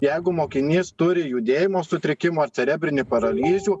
jeigu mokinys turi judėjimo sutrikimų ar cerebrinį paralyžių